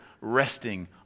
resting